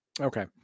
Okay